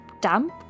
damp